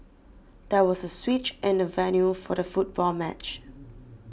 there was a switch in the venue for the football match